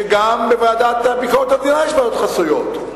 שגם בוועדת ביקורת המדינה יש ועדות חסויות.